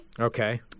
Okay